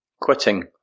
Quitting